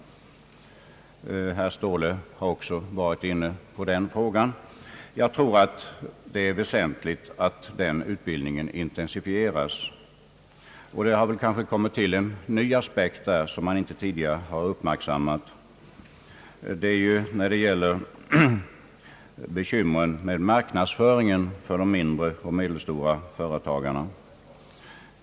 Herr Ståhle har också varit inne på den frågan. Jag tror att det är väsentligt, att den utbildningen intensifieras. Det har kommit en ny aspekt på detta, som vi kanske inte tidigare uppmärksammat. Det gäller bekymren med marknadsföringen för de mindre och medelstora företagarna.